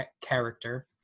character